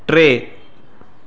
टे